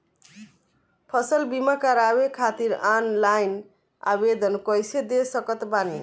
फसल बीमा करवाए खातिर ऑनलाइन आवेदन कइसे दे सकत बानी?